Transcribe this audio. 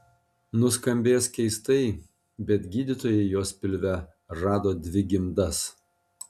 nuskambės keistai bet gydytojai jos pilve rado dvi gimdas